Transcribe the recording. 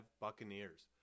Buccaneers